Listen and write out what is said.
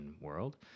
world